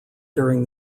during